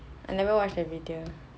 I never watch that video